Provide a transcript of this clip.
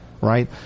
Right